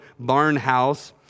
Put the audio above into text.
Barnhouse